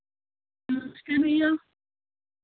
नमस्ते भैया